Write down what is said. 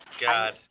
God